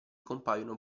compaiono